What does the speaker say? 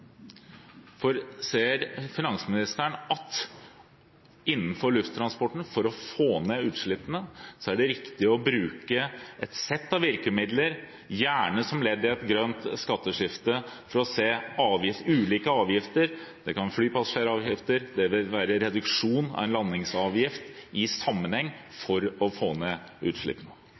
Ser finansministeren at innenfor lufttransporten, for å få ned utslippene, er det riktig å bruke et sett av virkemidler, gjerne som ledd i et grønt skatteskifte, og å se ulike avgifter – det kan være flypassasjeravgift eller reduksjon av landingsavgift – i sammenheng for å få ned utslippene?